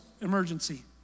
emergency